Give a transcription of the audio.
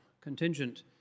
contingent